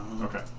Okay